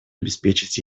обеспечить